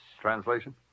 Translation